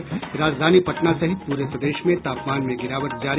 और राजधानी पटना सहित पूरे प्रदेश में तापमान में गिरावट जारी